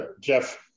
Jeff